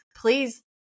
Please